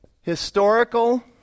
historical